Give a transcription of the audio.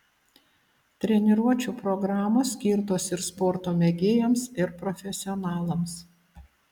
treniruočių programos skirtos ir sporto mėgėjams ir profesionalams